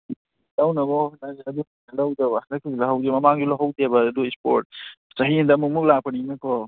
ꯂꯧꯅꯕ ꯍꯣꯠꯅꯁꯦ ꯑꯗꯨ ꯂꯧꯗꯕ ꯍꯟꯗꯛꯀꯤꯗꯤ ꯂꯧꯍꯧꯁꯦ ꯃꯃꯥꯡꯁꯨ ꯂꯧꯍꯧꯗꯦꯕ ꯑꯗꯨ ꯁ꯭ꯄꯣꯔꯠꯁ ꯆꯍꯤ ꯑꯃꯗ ꯑꯃꯨꯛ ꯑꯃꯨꯛ ꯂꯥꯛꯄꯅꯤꯅꯀꯣ